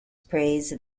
praised